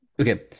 Okay